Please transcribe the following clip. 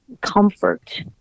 comfort